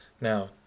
Now